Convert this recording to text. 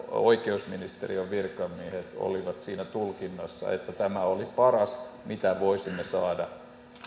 oikeusministeriön virkamiehet olivat siinä tulkinnassa että tämä oli paras mitä voisimme saada